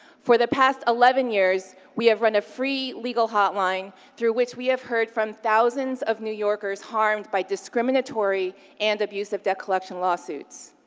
for the past eleven years, we have run a free legal hotline through which we have heard from thousands of new yorkers harmed by discriminatory and abusive debt collection lawsuits.